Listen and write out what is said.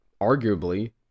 arguably